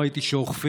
לא ראיתי שאוכפים